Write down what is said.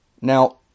Now